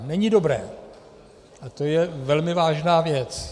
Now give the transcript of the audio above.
Není dobré a to je velmi vážná věc.